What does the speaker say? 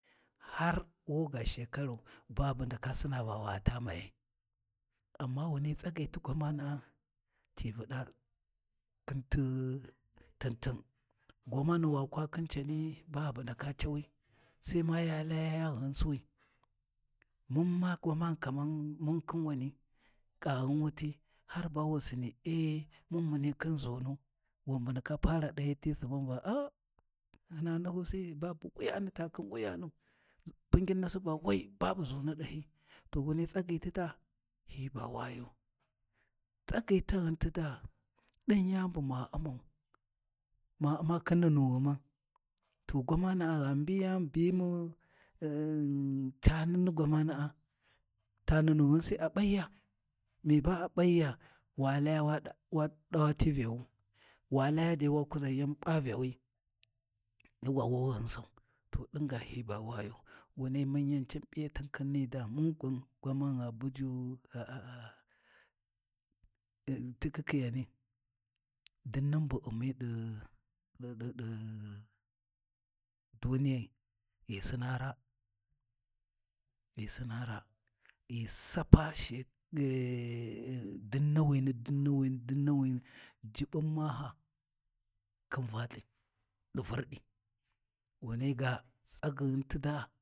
Har wu ga Shekarau babu ndaka Sina va wa taa Mayai, amma wuna tsagyi ti gwamana’a ci vuɗa khin ti tin-tin gwamani wa kwa khin cani babu ndaka cawi sai ma ya Laya ya gyinsuwi, mun ma gwaman kaman mun khin wani ƙaghin wuti har ba wu Sini e' mun muni khin ʒunu, wan bu ndaka para ɗahyiyi ti suban va a hina nahusi’i babu wuyana ta khin wuyani pungin nasi ba we babu ʒunu ɗahyi to wunai tsagyi ti daa hi ba wayu, tsagyi taghun tidaa ɗin yani bu ma U’mau, ma U’ma khin munu ghuma, to gwamana’a gha mbiyani biyi mu cani ni gwamana’a ta nunu ghin Sai a ɓaiya, mi ba a ɓaiya, wa laya wa ɗauwa ti Vyawu, wa laya dai, wa kuʒa yan P’a Vyawi, wo ghinsau to ɗin ga hi ba wayu, Wunai mun yan can P'iyatin khin ni daa, mun gwan gwamani gha buju tikhikhiYani dinnan bu ghi umi ɗi duniyai ghi Sina raa, ghi Sina raa, ghi sapa dinanwini dinnanwini dinnawini Juɓɓun maaha khin Valthi di vurɗi, Wunai ga tsagyighun ti daa.